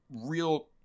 real